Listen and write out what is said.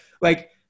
like-